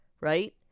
right